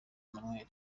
emmanuel